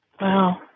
Wow